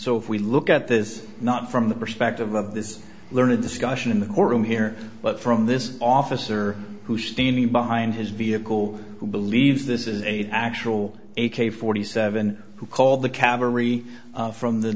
so if we look at this not from the perspective of this learned discussion in the courtroom here but from this officer who standing behind his vehicle who believes this is a actual a k forty seven who called the cavalry from the